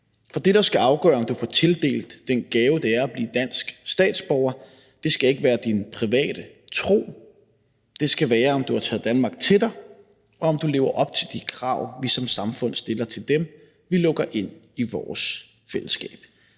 For det, der skal afgøre, om du får tildelt den gave, det er at blive dansk statsborger, skal ikke være din private tro; det skal være, om du har taget Danmark til dig, og om du lever op til de krav, vi som samfund stiller til dem, vi lukker ind i vores fællesskab.